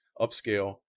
upscale